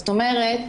זאת אומרת,